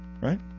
Right